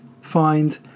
find